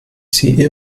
sie